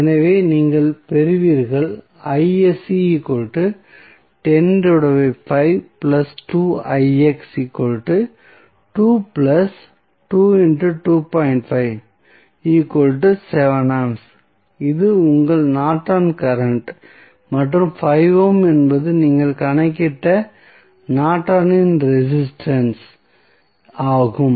எனவே நீங்கள் பெறுவீர்கள் இது உங்கள் நார்டனின் கரண்ட் மற்றும் 5 ஓம் என்பது நீங்கள் கணக்கிட்ட நார்டனின் ரெசிஸ்டன்ஸ் Nortons resistance ஆகும்